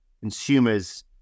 consumers